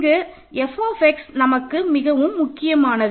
இந்த f x நமக்கு மிகவும் முக்கியமானது